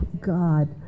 God